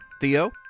Theo